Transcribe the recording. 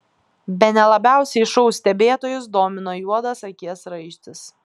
bene labiausiai šou stebėtojus domino juodas akies raištis